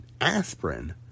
aspirin